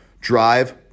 Drive